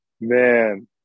Man